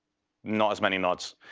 not as many knots.